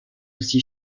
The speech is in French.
aussi